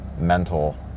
mental